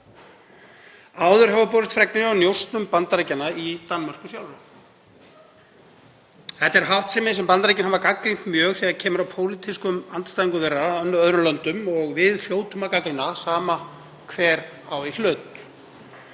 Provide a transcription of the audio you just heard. Áður hafa borist fregnir af njósnum Bandaríkjanna í Danmörku sjálfri. Þetta er háttsemi sem Bandaríkin hafa gagnrýnt mjög þegar kemur að pólitískum andstæðingum þeirra í öðrum löndum og við hljótum að gagnrýna, sama hver á í hlut.